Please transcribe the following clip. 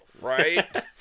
Right